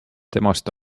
temast